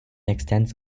extends